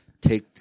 take